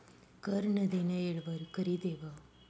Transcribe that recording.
कर नं देनं येळवर करि देवं